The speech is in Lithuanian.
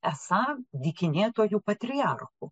esą dykinėtojų patriarchu